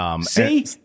See